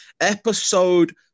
episode